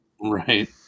Right